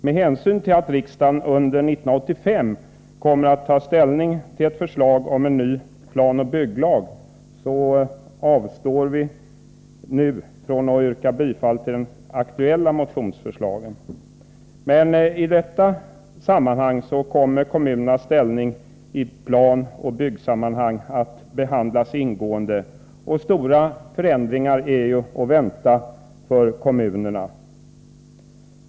Med hänsyn till att riksdagen under 1985 kommer att ta ställning till ett förslag om en ny planoch bygglag avstår vi nu från att yrka bifall till de aktuella motionsförslagen. I detta sammanhang kommer kommunernas ställning i planoch byggsammanhang att behandlas ingående. Stora förändringar är ju att vänta för kommunerna.